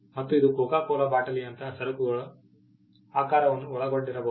ಮತ್ತು ಇದು Coca Cola ಬಾಟಲಿಯಂತಹ ಸರಕುಗಳ ಆಕಾರವನ್ನು ಒಳಗೊಂಡಿರಬಹುದು